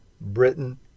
Britain